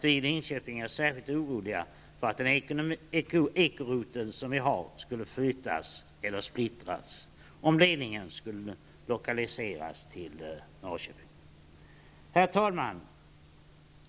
Vi i Linköping är också oroliga för att den ekorotel som finns där skall flyttas eller splittras om ledningen lokaliseras till Norrköping. Herr talman!